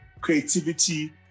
creativity